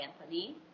Anthony